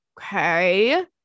Okay